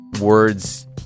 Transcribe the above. Words